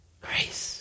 Grace